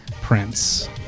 Prince